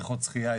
בריכות שחייה.